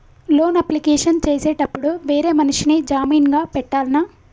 Loan application చేసేటప్పుడు వేరే మనిషిని జామీన్ గా పెట్టాల్నా?